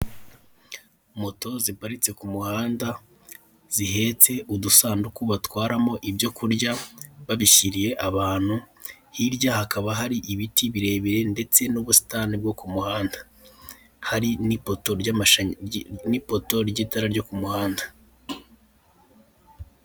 Moto ziparitse ku muhanda zihetse udusanduku batwaramo ibyo kurya badushyiriye, abantu hirya hakaba hari ibiti birebire ndetse n'ubusitani bwo ku muhanda hari n'ipoto ry'ipoto ry'itara ryo ku muhanda.